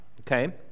Okay